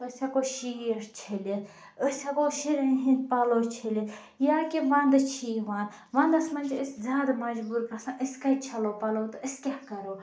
أسۍ ہیٚکو شیٖٹ چھٔلِتھ أسۍ ہیٚکو شُرنۍ ہِنٛدۍ پَلَو چھٔلِتھ یا کہِ وَندٕ چھُ یِوان وَندَس مَنٛز چھِ أسۍ زیادٕ مَجبوٗر گَژھان أسۍ کَتہِ چھَلو پَلو تہٕ أسۍ کیاہ کَرَو